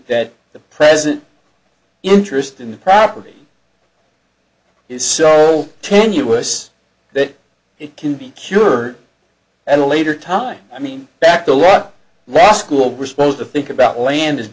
that the present interest in the property is so tenuous that it can be cured at a later time i mean back to law law school were supposed to think about land